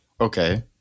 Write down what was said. Okay